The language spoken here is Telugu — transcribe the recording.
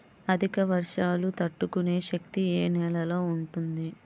అధిక వర్షాలు తట్టుకునే శక్తి ఏ నేలలో ఉంటుంది?